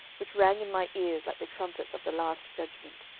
which rang in my ears like the trumpets of the last judgment